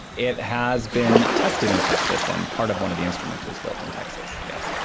it has been tested in texas, and part of one of the instruments was built in texas, yes.